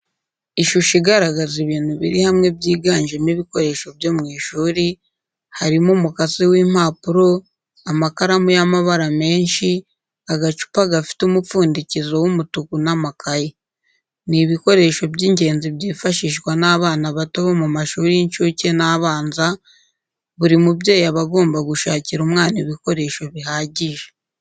Ishusho igaragaza ibintu biri hamwe byiganjemo ibikoresho byo mu ishuri, harimo umukasi w'impapuro, amakaramu y'amabara menshi, agacupa gafite umupfundikizo w'umutuku n'amakayi. Ni ibikoresho by'ingenzi byifashishwa n'abana bato bo mu mashuri y'incuke n'abanza, buri mubyeyi aba agomba gushakira umwana ibikoresho bihagije.